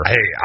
Hey